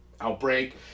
outbreak